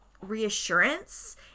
reassurance